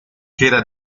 queda